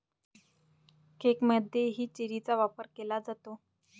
केकमध्येही चेरीचा वापर केला जातो